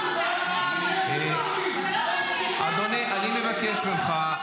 מכיר ------ אדוני, אני מבקש ממך.